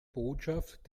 botschaft